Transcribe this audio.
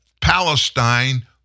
Palestine